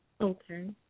Okay